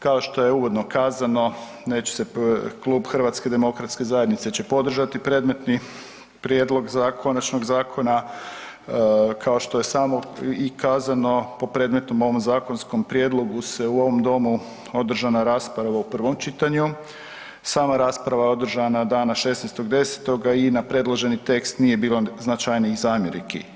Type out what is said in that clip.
Kao što je uvodno kazano klub HDZ-a će podržati predmetni prijedlog konačnog zakona, kao što je i kazano po predmetnom ovom zakonskom prijedlogu se u ovom domu održana je rasprava u prvom čitanju, sama rasprava održana dana 16.10. i na predloženi tekst nije bilo značajnijih zamjerki.